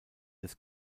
des